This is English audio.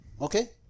Okay